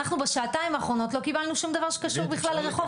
שעתיים האחרונות לא קיבלנו שום דבר שקשור בכלל לרחובות,